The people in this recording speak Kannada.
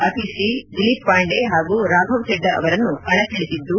ಅತಿಷಿ ದಿಲೀಪ್ ಪಾಂಡೆ ಹಾಗೂ ರಾಫವ್ ಚಡ್ಡಾ ಅವರನ್ನು ಕಣಕ್ಕಿಳಿಸಿದ್ದು